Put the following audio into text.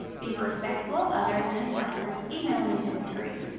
be respectful of others and instructors even when you disagree.